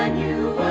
ah u